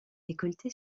récolté